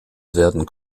werden